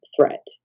threat